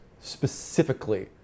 specifically